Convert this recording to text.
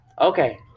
okay